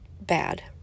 Bad